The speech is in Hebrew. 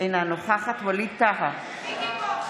אינה נוכחת מיקי פה.